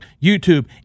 YouTube